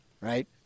right